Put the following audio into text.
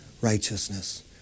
righteousness